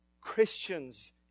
Christians